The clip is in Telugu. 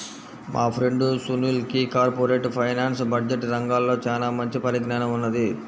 మా ఫ్రెండు సునీల్కి కార్పొరేట్ ఫైనాన్స్, బడ్జెట్ రంగాల్లో చానా మంచి పరిజ్ఞానం ఉన్నది